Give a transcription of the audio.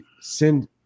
send